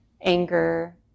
anger